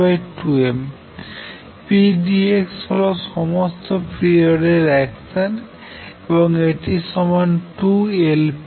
p d x হল সমস্ত পিরিয়ডের অ্যাকশান এবং এটি সমান 2 Lp